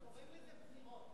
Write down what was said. קוראים לזה בחירות.